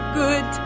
good